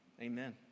Amen